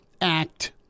act